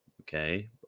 Okay